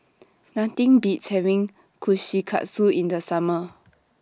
Nothing Beats having Kushikatsu in The Summer